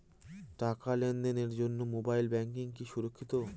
টাকা লেনদেনের জন্য মোবাইল ব্যাঙ্কিং কি সুরক্ষিত?